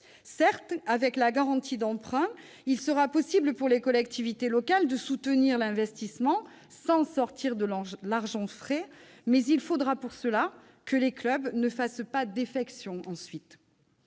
Certes, avec la garantie d'emprunt, il sera possible pour les collectivités locales de soutenir l'investissement sans avoir à sortir de l'argent frais ; il faudra néanmoins, pour que ce soit tenable, que les clubs ne fassent pas défection ensuite.